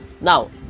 now